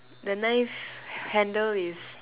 the knife handle is